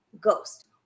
ghost